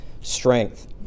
strength